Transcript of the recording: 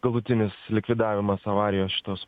galutinis likvidavimas avarijos šitos